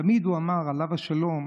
תמיד הוא אמר, עליו השלום,